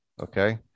okay